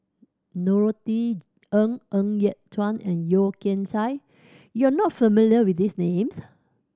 Norothy Ng Ng Yat Chuan and Yeo Kian Chai you are not familiar with these names